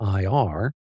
IR